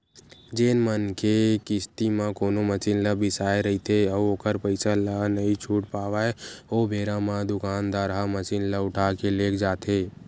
जेन मनखे किस्ती म कोनो मसीन ल बिसाय रहिथे अउ ओखर पइसा ल नइ छूट पावय ओ बेरा म दुकानदार ह मसीन ल उठाके लेग जाथे